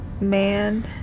man